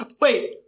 wait